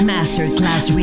Masterclass